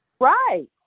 Right